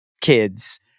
kids